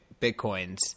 Bitcoins